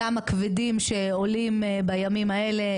גם הכבדים שעולים בימים האלה,